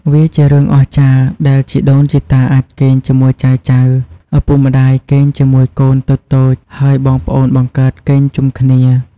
វាជារឿងអស្ចារ្យដែល ជីដូនជីតាអាចគេងជាមួយចៅៗ ឪពុកម្តាយគេងជាមួយកូនតូចៗ ហើយបងប្អូនបង្កើតគេងជុំគ្នា។